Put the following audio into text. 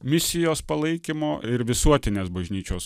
misijos palaikymo ir visuotinės bažnyčios